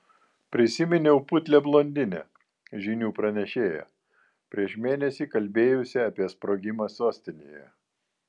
prisiminiau putlią blondinę žinių pranešėją prieš mėnesį kalbėjusią apie sprogimą sostinėje